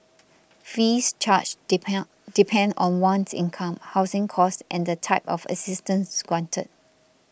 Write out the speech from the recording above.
fees charged depend on one's income housing cost and the type of assistance granted